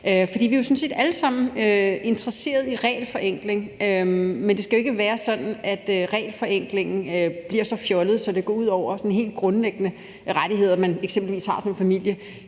For vi er jo sådan set alle sammen interesserede i en regelforenkling, men det skal jo ikke være sådan, at regelforenklingen bliver så fjollet, at det sådan går ud over de helt grundlæggende rettigheder, man eksempelvis har som familie.